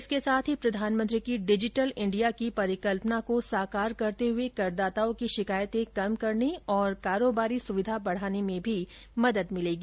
इसके साथ ही प्रधानमंत्री की डिजिटल इंडिया की परिकल्पना को साकार करते हुए करदाताओं की शिकायतें कम करने और कारोबारी सुविधा बढाने में भी मदद मिलेगी